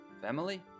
family